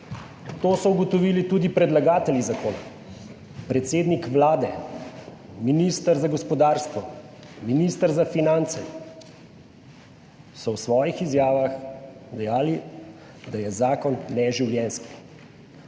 to so ugotovili tudi predlagatelji zakona, predsednik Vlade, minister za gospodarstvo, minister za finance so v svojih izjavah dejali, da je zakon neživljenjski